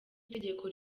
itegeko